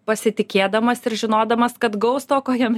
pasitikėdamas ir žinodamas kad gaus to ko jam